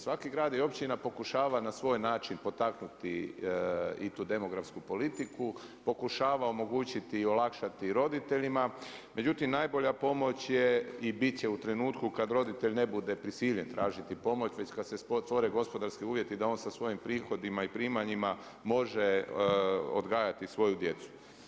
Svaki grad i općina pokušava na svoj način potaknuti i tu demografsku politiku, pokušava omogućiti i olakšati roditeljima, međutim najbolja pomoć je i bit će u trenutku kada roditelj ne bude prisiljen tražiti pomoć već kada se stvore gospodarski uvjeti da on sa svojim prihodima i primanjima može odgajati svoju djecu.